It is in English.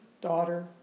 daughter